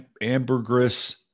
Ambergris